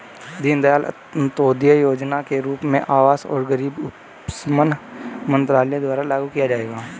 दीनदयाल अंत्योदय योजना के रूप में आवास और गरीबी उपशमन मंत्रालय द्वारा लागू किया जाएगा